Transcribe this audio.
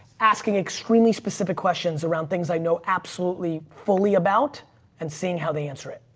asking extremely specific questions around things i know absolutely fully about and seeing how they answer it.